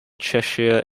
cheshire